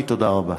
תודה רבה.